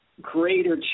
greater